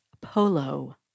polo